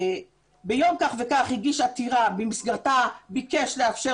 "ביום כך וכך הגיש עתירה במסגרתה ביקש לאפשר